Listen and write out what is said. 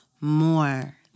more